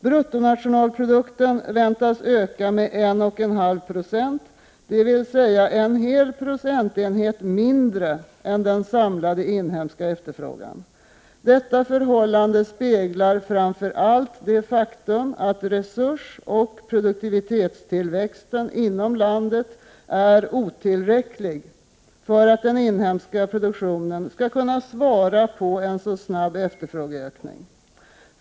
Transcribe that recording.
”Bruttonationalprodukten väntas öka med 1,5 960, dvs. en hel procentenhet mindre än den samlade inhemska efterfrågan. Detta förhållande speglar framför allt det faktum att resursoch produktivitetstillväxten inom landet är otillräcklig för att den inhemska produktionen skall kunna ”svara på” en så snabb efterfrågeökning.